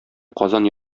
казан